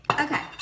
Okay